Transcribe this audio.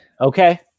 Okay